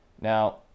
Now